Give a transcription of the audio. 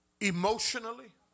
Emotionally